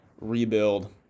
rebuild